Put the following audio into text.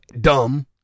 dumb